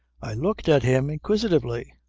i looked at him inquisitively.